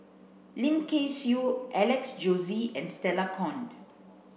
Lim Kay Siu Alex Josey and Stella Kon